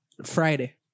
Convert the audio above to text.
friday